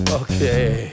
okay